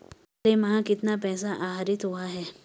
पिछले माह कितना पैसा आहरित हुआ है?